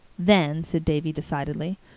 then, said davy decidedly,